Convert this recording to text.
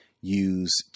use